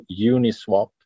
Uniswap